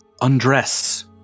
Undress